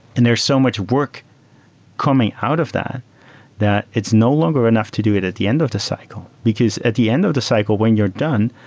and there's so much work coming out of that that it's no longer enough to do it at the end of the cycle, because at the end of the cycle, when you're done,